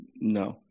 No